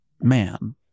man